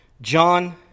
John